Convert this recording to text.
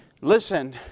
Listen